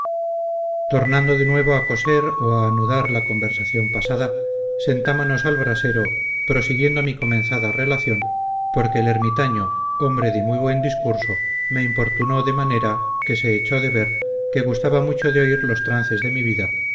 tornando de nuevo a coser o a anudar la conversación pasada sentamonos al brasero prosiguiendo mi comenzada relación porque el ermitaño hombre de muy buen discurso me importunó de manera que se echo de ver que gustaba mucho de oír los trances de mi vida